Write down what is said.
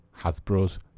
Hasbro's